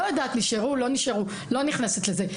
לא יודעת אם נשארו או לא נשארו, לא נכנסת לזה.